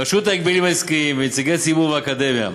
רשות ההגבלים העסקיים ונציגי ציבור ואקדמיה.